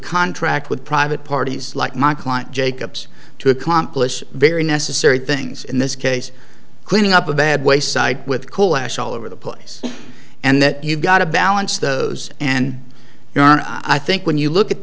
contract with private parties like my client jacobs to accomplish very necessary things in this case cleaning up a bad way side with coal ash all over the place and that you've got to balance those and there are i think when you look at